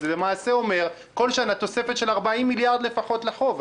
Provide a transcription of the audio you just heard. למעשה זה אומר שבכל שנה יש תוספת של 40 מיליארד שקל לפחות לחוב.